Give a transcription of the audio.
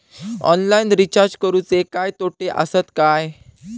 Online recharge करुचे काय तोटे आसत काय?